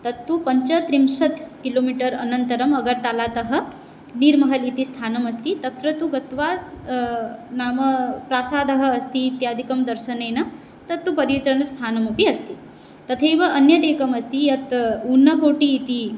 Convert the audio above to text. तत्तु पञ्चत्रिंशत् किलोमिटर् अनन्तरम् अगर्तलातः नीर्मल् इति स्थानम् अस्ति तत्र तु गत्वा नाम प्रासादः अस्ति इत्यादिकं दर्शनेन तत्तु पर्यटनस्थानम् अपि अस्ति तथैव अन्यदेकम् अस्ति यत् उन्नकोटि इति